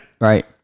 right